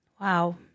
Wow